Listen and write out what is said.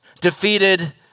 defeated